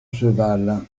cheval